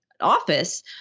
office